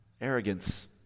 arrogance